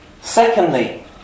Secondly